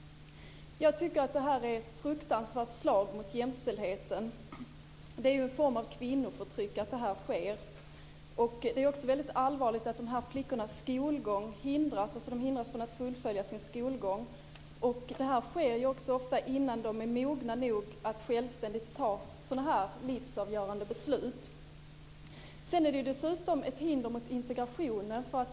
Jag tycker att det här är ett fruktansvärt slag mot jämställdheten. Det är ju en form av kvinnoförtryck att det här sker. Det är också allvarligt att de här flickornas skolgång hindras, att de hindras från att fullfölja sin skolgång. Det här sker ju också ofta innan de är mogna nog att självständigt fatta sådana här livsavgörande beslut. Sedan är det dessutom ett hinder mot integrationen.